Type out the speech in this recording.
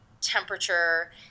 temperature